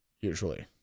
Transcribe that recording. usually